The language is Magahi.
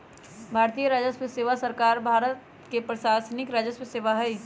भारतीय राजस्व सेवा भारत सरकार के प्रशासनिक राजस्व सेवा हइ